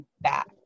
back